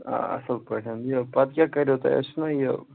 آ اَصٕل پٲٹھ یہِ پَتہٕ کیٛاہ کَریو تۄہہِ اَسہِ چھُنا یہِ